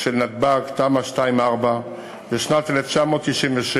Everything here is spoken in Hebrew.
של נתב"ג, תמ"א 2/4 בשנת 1997,